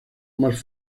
más